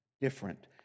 different